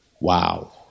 wow